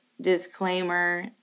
disclaimer